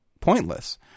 pointless